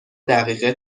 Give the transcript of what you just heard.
دقیقه